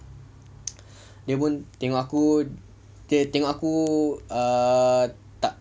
dia pun tengok aku dia tengok aku err tak